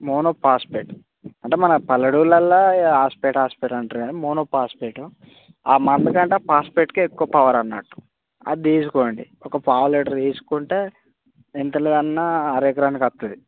monophosphate అంటే మన పల్లెటూర్లలో ఆస్పెట్ ఆస్పెట్ అని అంటున్నారు కానీ అది మోనోఫాస్ఫేట్ ఆ మందు కంటే ఫాస్పేట్కే ఎక్కువ పవర్ అన్నట్టు అది తీసుకోండి ఒక పావు లీటర్ తీసుకుంటే ఎంత లేదన్నా అర ఎకరానికి వస్తుంది